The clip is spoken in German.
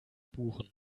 buchen